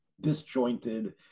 disjointed